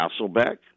Hasselbeck